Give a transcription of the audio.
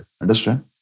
Understand